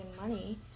money